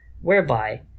whereby